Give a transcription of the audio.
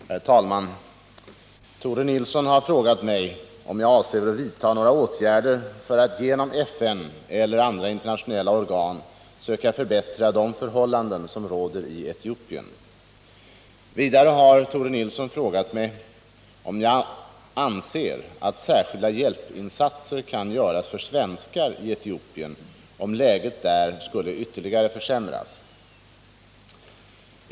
Herr talman! Tore Nilsson har frågat mig om jag avser att vidtaga några åtgärder för att genom FN eller andra internationella organ söka förbättra de förhållanden som råder i Etiopien. Vidare har Tore Nilsson frågat om jag anser att särskilda hjälpinsatser kan göras för svenskar i Etiopien om läget där skulle ytterligare försämras. 1.